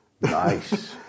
Nice